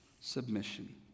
submission